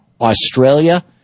Australia